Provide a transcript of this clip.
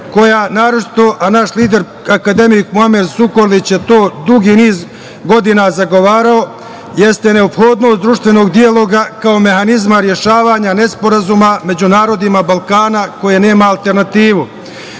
naročito, naš lider, akademik Muamer Zukorlić, je to dugi niz godina zagovarao, jeste neophodnost društvenog dijaloga kao mehanizma rešavanja nesporazuma među narodnima Balkana koje nema alternativu. Zato